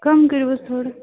کَم کٔرِیو حظ تھوڑا